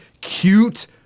cute